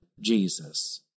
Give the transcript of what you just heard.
Jesus